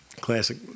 Classic